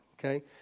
Okay